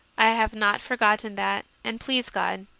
i have not forgotten that and, please god,